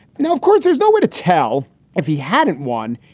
now, of course, there's no way to tell if he hadn't won,